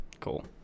Cool